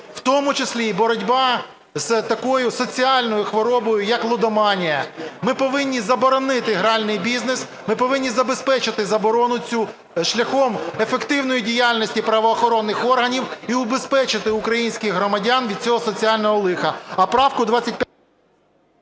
у тому числі і боротьба з такою соціальною хворобою, як лудоманія. Ми повинні заборони гральний бізнес. Ми повинні забезпечити заборону цю шляхом ефективної діяльності правоохоронних органів і убезпечити українських громадян від цього соціального лиха.